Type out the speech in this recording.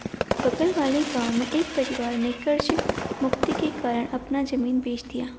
बगल वाले गांव में एक परिवार ने कर्ज मुक्ति के कारण अपना जमीन बेंच दिया